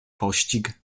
pościg